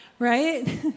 right